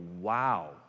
wow